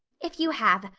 if you have,